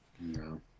No